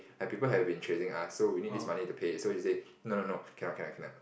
like people have been chasing us so we need this money to pay so we say no no no cannot cannot cannot